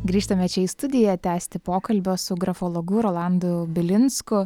grįžtame čia studiją tęsti pokalbio su grafologu rolandu bilinsku